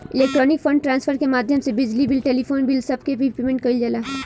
electronic fund transfer के माध्यम से बिजली बिल टेलीफोन बिल सब के भी पेमेंट कईल जाला